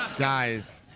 guys,